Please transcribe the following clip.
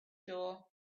door